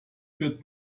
wird